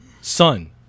son